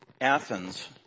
Athens